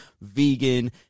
vegan